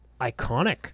Iconic